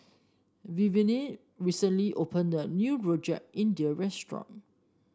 Vivienne recently opened a new Rojak India restaurant